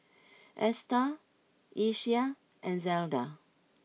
Esta Ieshia and Zelda